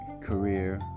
career